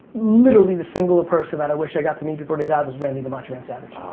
literally the single person that i wish i got to meet before they died was randy the macho man savage.